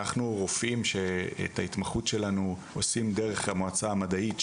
אנחנו רופאים שאת ההתמחות שלנו עושים דרך המועצה המדעית,